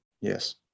Yes